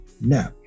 Now